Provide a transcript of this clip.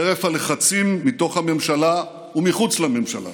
חרף הלחצים מתוך הממשלה ומחוץ לממשלה,